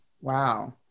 Wow